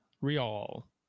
Real